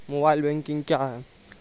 Mobile banking क्या हैं?